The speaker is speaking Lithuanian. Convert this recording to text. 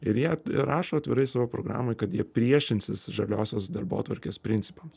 ir jie rašo atvirai savo programoj kad jie priešinsis žaliosios darbotvarkės principams